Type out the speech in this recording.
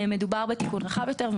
מדובר בתיקון רחב יותר.